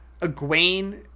Egwene